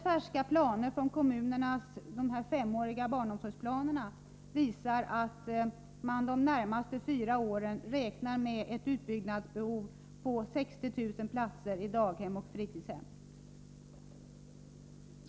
Färska siffror från kommunernas femåriga barnomsorgsplaner visar att de för de närmaste fyra åren räknar med ett utbyggnadsbehov på 60 000 platser i daghem och fritidshem.